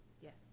Yes